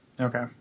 Okay